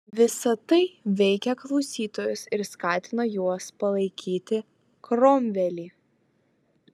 visa tai veikė klausytojus ir skatino juos palaikyti kromvelį